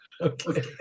Okay